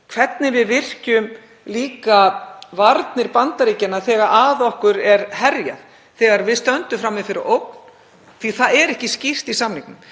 hvernig við virkjum varnir Bandaríkjanna þegar á okkur er herjað, þegar við stöndum frammi fyrir ógn, því að það er ekki skýrt í samningnum.